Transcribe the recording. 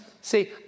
See